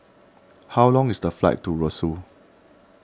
how long is the flight to Roseau